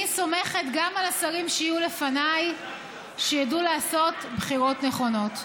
אני סומכת גם על השרים שיהיו אחריי שידעו לעשות בחירות נכונות.